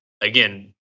again